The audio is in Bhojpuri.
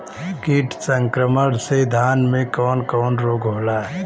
कीट संक्रमण से धान में कवन कवन रोग होला?